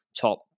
top